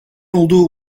olduğu